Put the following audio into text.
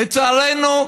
לצערנו,